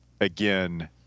again